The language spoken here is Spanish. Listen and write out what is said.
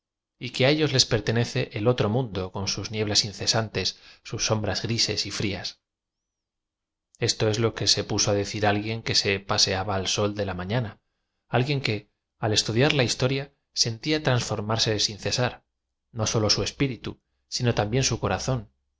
y que a ellos les pertenece el otro mundo con sus nieblas in cesantes sus sombras grises y frías esto es lo que se poso decir alguien que se paseaba a l sol de la mafiana alguien que al estudiar la historia sentía tranformarse sin cesar no sólo su espíritu sino también su corazón